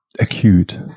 acute